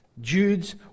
Jude's